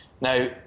Now